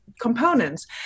components